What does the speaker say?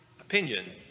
opinion